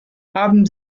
haben